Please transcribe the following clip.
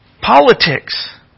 Politics